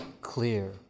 clear